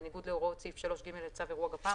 בניגוד להוראות סעיף 3(ג) לצו אירוע גפ"מ,